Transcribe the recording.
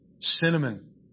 Cinnamon